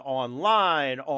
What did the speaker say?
online